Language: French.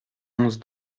onze